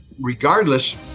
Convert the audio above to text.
Regardless